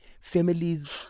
Families